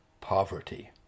Poverty